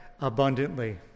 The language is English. abundantly